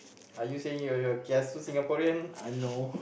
are you saying you're you're kiasu Singaporean